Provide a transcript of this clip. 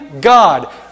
God